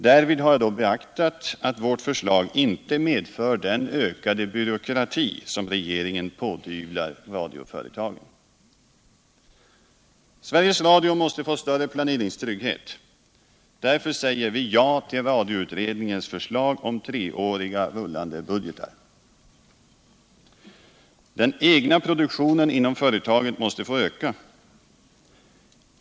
Därvid har jag beaktat att vårt förslag inte medför den ökade byråkrati som regeringen pådyvlar radioföretagen. Sveriges Radio måste få större planeringstrygghet. Därför säger vi ja till radioutredningens förslag om treåriga rullande budgetar. Den egna produktionen inom företaget måste få öka.